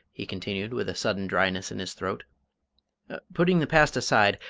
he continued, with a sudden dryness in his throat putting the past aside,